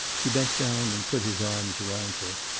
he bent down and put his arms around her.